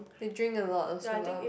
they drink a lot also lah